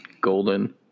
golden